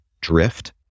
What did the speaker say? drift